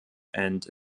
and